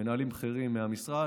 מנהלים בכירים מהמשרד.